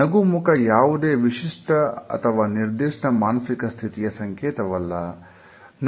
ನಗುಮುಖ ಯಾವುದೇ ವಿಶಿಷ್ಟ ಅಥವಾ ನಿರ್ದಿಷ್ಟ ಮಾನಸಿಕ ಸ್ಥಿತಿಯ ಸಂಕೇತವಲ್ಲ